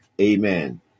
Amen